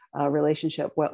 relationship